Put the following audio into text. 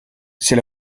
c’est